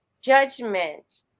judgment